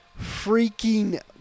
freaking